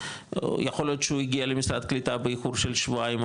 יכול להיות שהוא הגיע למשרד הקליטה באיחור של שבועיים,